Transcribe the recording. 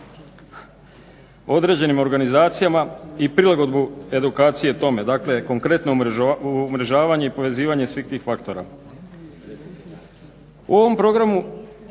određenim organizacijama i prilagodbu edukaciju tome. Dakle konkretno umrežavanje i povezivanje svih tih faktora. U ovom programu